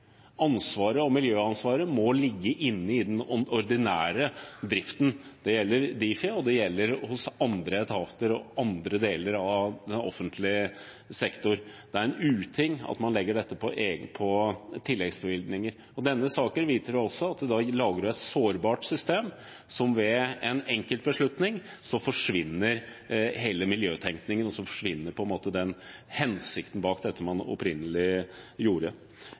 Ansvaret for miljøet må ligge inne i den ordinære driften. Det gjelder Difi, og det gjelder i andre etater og i andre deler av offentlig sektor. Det er en uting at man legger dette på tilleggsbevilgninger. Denne saken viser at da lager du et sårbart system. Ved en enkelt beslutning forsvinner hele miljøtenkningen, og så forsvinner på en måte hensikten bak det man opprinnelig gjorde.